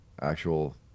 actual